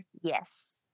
yes